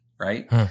right